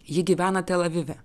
ji gyvena tel avive